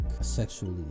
sexually